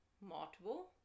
multiple